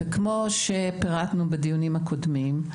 וכמו שפירטנו בדיונים הקודמים,